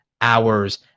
hours